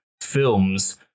films